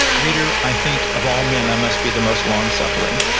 reader, i think of all man, i must be the most long suffering.